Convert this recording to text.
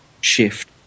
Shift